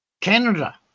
Canada